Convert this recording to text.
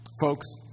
Folks